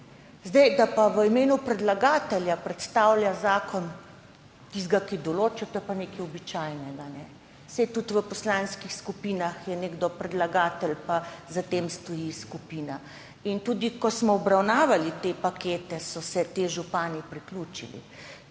11, da pa v imenu predlagatelja predstavlja zakon tistega, ki določa, to je pa nekaj običajnega. Saj tudi v poslanskih skupinah je nekdo predlagatelj, pa za tem stoji skupina. In tudi ko smo obravnavali te pakete, so se ti župani priključili.